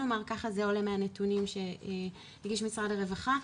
ככה עולה מהנתונים שהגיש משרד הרווחה.